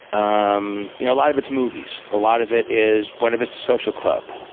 um you know lot of it's movies. a lot of it is buena vista social club.